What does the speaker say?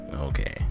Okay